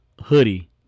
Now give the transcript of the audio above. Hoodie